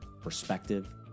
perspective